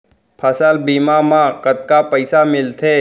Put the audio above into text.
फसल बीमा म कतका पइसा मिलथे?